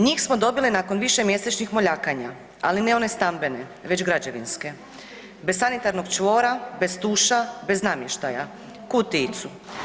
Njih smo dobili nakon višemjesečnim moljakanja, ali ne one stambene već građevinske, bez sanitarnog čvora, bez tuša, bez namještaja, kutijicu.